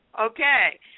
Okay